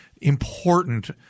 important